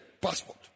passport